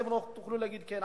אתם לא תוכלו להגיד כן.